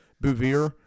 Bouvier